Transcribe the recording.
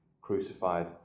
crucified